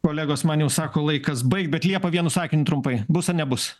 kolegos man jau sako laikas baigt bet liepa vienu sakiniu trumpai bus ar nebus